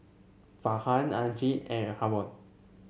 Farhan Aizat and Haron